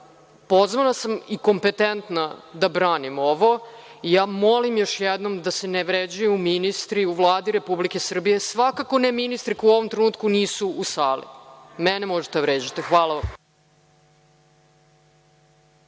pozvana sam i kompetentna da branim ovo, molim još jednom da se ne vređaju ministri u Vladi Republike Srbije, svakako ne ministri koji u ovom trenutku nisu u sali. Mene možete da vređate. Hvala vam.